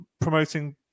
promoting